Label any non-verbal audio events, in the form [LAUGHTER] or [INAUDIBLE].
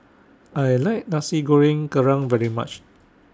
I like Nasi Goreng Kerang very much [NOISE]